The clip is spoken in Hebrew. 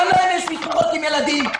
גם להם יש משפחות עם ילדים,